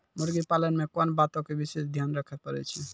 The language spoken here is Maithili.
मुर्गी पालन मे कोंन बातो के विशेष ध्यान रखे पड़ै छै?